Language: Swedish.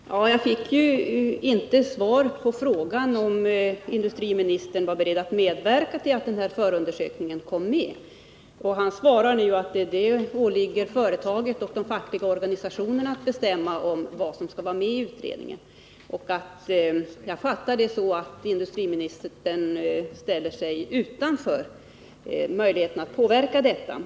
Herr talman! Jag fick ju inte svar på frågan om industriministern var beredd att medverka till att den här undersökningen kom med. Industriministern svarar nu att det åligger företaget och de fackliga organisationerna att bestämma om vad som skall vara med i utredningen. Jag fattar det så att industriministern ställer sig utanför möjligheten att påverka detta.